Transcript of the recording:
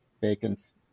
Bacon's